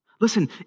Listen